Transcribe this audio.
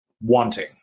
wanting